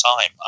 time